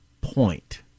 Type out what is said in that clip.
point